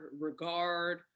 regard